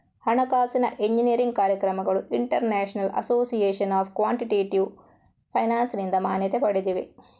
ಹಣಕಾಸಿನ ಎಂಜಿನಿಯರಿಂಗ್ ಕಾರ್ಯಕ್ರಮಗಳು international association of quantitative ಫೈನಾನ್ಸಿನಿಂದ ಮಾನ್ಯತೆ ಪಡೆದಿವೆ